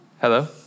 hello